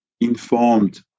informed